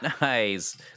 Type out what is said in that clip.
Nice